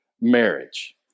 marriage